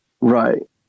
Right